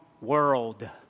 world